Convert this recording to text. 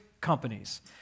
companies